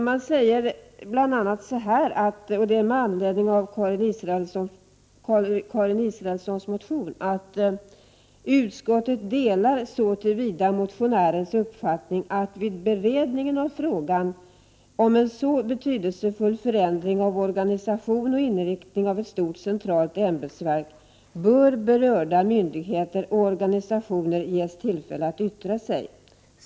Det sägs nämligen med anledning av Karin Israelssons motion: ”Utskottet delar så till vida motionärens uppfattning att vid beredningen av frågan om en betydelsefull förändring av organisation och inriktning av ett stort centralt ämbetsverk, bör berörda myndigheter och organisationer ges tillfälle att yttra sig.